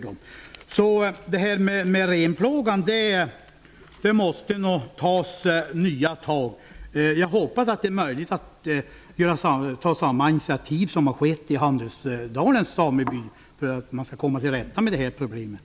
Det måste tas nya tag mot renplågan. Jag hoppas att det är möjligt att ta samma initiativ som har tagits av Handölsdalens sameby för att komma till rätta med det här problemet.